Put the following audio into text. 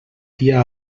dia